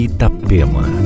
Itapema